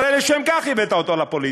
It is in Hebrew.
הרי לשם כך הבאת אותו לפוליטיקה.